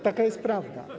Taka jest prawda.